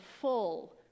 full